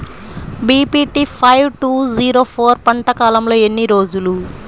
BPT five two zero four పంట కాలంలో ఎన్ని రోజులు?